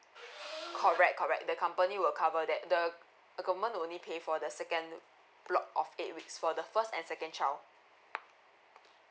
correct correct the company will cover that the the government will only pay for the second block of eight weeks for the first and second child